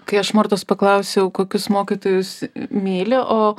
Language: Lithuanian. kai aš martos paklausiau kokius mokytojus myli o